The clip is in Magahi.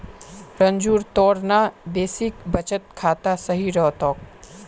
रंजूर तोर ना बेसिक बचत खाता सही रह तोक